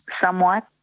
somewhat